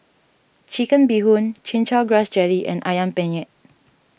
Chicken Bee Hoon Chin Chow Grass Jelly and Ayam Penyet